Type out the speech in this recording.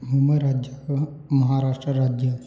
मुम्बैराज्यं महाराष्ट्रराज्यं